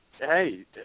hey